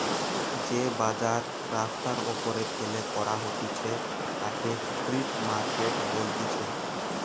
যে বাজার রাস্তার ওপরে ফেলে করা হতিছে তাকে স্ট্রিট মার্কেট বলতিছে